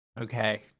Okay